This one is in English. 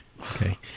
Okay